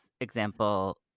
example